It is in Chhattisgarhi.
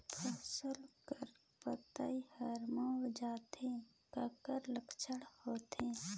फसल कर पतइ हर मुड़ जाथे काकर लक्षण होथे?